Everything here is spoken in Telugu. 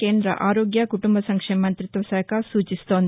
కేంద ఆరోగ్య కుటుంబ సంక్షేమ మంతిత్వ శాఖ సూచిస్తోంది